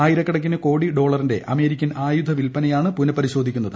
ആയിരക്കണക്കിന് കോടി ഡോളറിന്റെ അമേരിക്കൻ ആയുധ വിൽപനയാണ് പുനഃപരിശോധിക്കുന്നത്